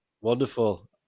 Wonderful